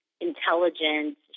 intelligent